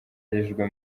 yagejejwe